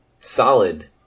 solid